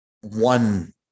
one